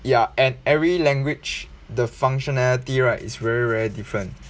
ya and every language the functionality right is very very different